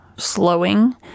slowing